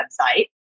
website